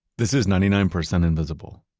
this is ninety nine percent invisible.